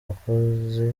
bakozi